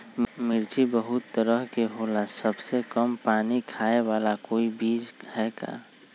मिर्ची बहुत तरह के होला सबसे कम पानी खाए वाला कोई बीज है का?